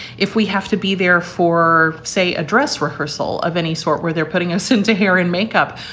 if we have to be there. for, say, a dress rehearsal of any sort where they're putting us into hair and makeup,